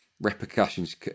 Repercussions